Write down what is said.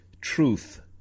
truth